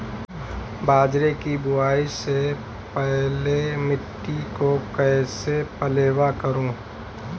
बाजरे की बुआई से पहले मिट्टी को कैसे पलेवा करूं?